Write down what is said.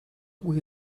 will